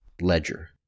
ledger